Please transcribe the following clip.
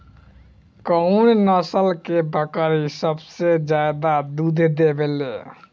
कउन नस्ल के बकरी सबसे ज्यादा दूध देवे लें?